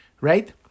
Right